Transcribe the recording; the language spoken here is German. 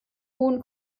hohen